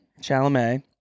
Chalamet